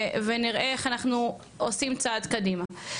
ונראה איך אנחנו עושים צעד קדימה.